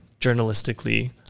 journalistically